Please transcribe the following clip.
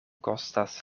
kostas